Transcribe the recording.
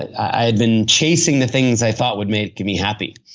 i had been chasing the things i thought would make me happy.